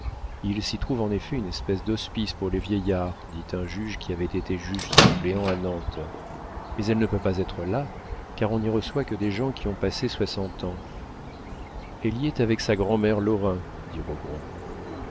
il s'y trouve en effet une espèce d'hospice pour les vieillards dit un juge qui avait été juge-suppléant à nantes mais elle ne peut pas être là car on n'y reçoit que des gens qui ont passé soixante ans elle y est avec sa grand'mère lorrain